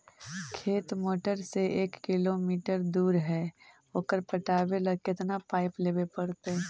खेत मोटर से एक किलोमीटर दूर है ओकर पटाबे ल केतना पाइप लेबे पड़तै?